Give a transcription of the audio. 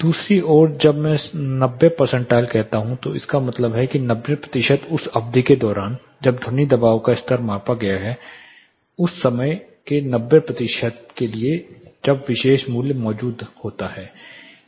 दूसरी ओर जब मैं 90 परसेंटाइल कहता हूं तो इसका मतलब है कि 90 प्रतिशत उस अवधि के दौरान जब ध्वनि दबाव का स्तर मापा जाता है उस समय के 90 प्रतिशत के लिए जब विशेष मूल्य मौजूद होता है